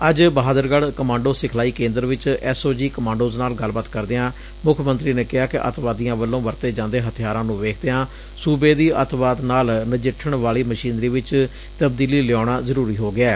ਅੱਜ ਬਹਾਦਰਗੜ ਕਮਾਂਡੋ ਸਿਖਲਾਈ ਕੇ'ਦਰ 'ਚ ਐਸ ਓ ਜੀ ਕਮਾਂਡੋਜ਼ ਨਾਲ ਗਲਬਾਤ ਕਰਦਿਆ ਮੁੱਖ ਮੰਤਰੀ ਨੇ ਕਿਹਾ ਕਿ ਅਤਿਵਾਦੀਆ ਵੱਲੋਂ ਵਰਤੇ ਜਾਂਦੇ ਹਬਿਆਰਾ ਨੂੰ ਵੇਖਦਿਆ ਸੁਬੇ ਦੀ ਅਤਿਵਾਦ ਨਾਲ ਨਜਿੱਠਣ ਵਾਲੀ ਮਸ਼ੀਨਰੀ ਚ ਤਬਦੀਲੀ ਲਿਆਊਣਾ ਜ਼ਰੂਰੀ ਹੋ ਗਿਐ